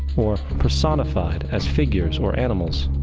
or personified, as figures or animals.